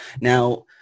now